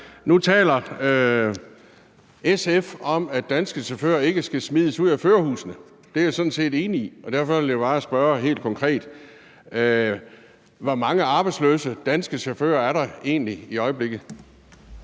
Nu taler SF om, at danske chauffører ikke skal smides ud af førerhusene. Det er jeg sådan set enig i, og derfor vil jeg bare spørge helt konkret: Hvor mange arbejdsløse danske chauffører er der egentlig i øjeblikket?